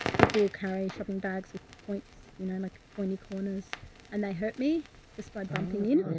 people will carry shopping bags with points, you know, in like pointy corners and they hurt me just by bumping in.